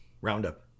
Roundup